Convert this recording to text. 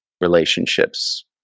relationships